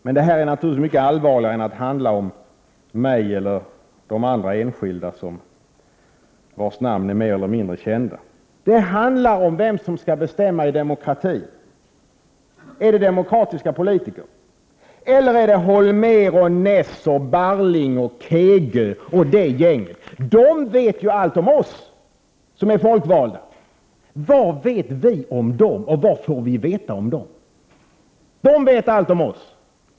Men detta är naturligtvis mycket allvarligare än att bara handla om mig eller de andra enskilda personerna vilkas namn är mer eller mindre kända. Det handlar om vem som skall bestämma i demokratin. Är det demokratiska politiker eller är det Holmér, Naess, Barrling, Kegö och det gänget? De vet ju allt om oss folkvalda. Vad vet vi om dem, och vad får vi veta om dem? De vet allt om oss.